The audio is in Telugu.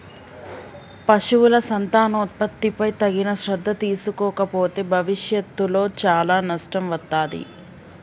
పశువుల సంతానోత్పత్తిపై తగిన శ్రద్ధ తీసుకోకపోతే భవిష్యత్తులో చాలా నష్టం వత్తాది